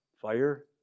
fire